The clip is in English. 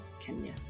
Kenya